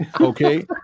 Okay